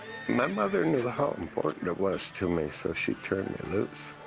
my mother knew how important it was to me, so she turned me loose.